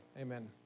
Amen